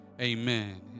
amen